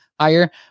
higher